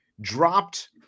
dropped